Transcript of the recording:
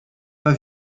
pas